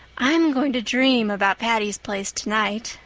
i'm going to dream about patty's place tonight,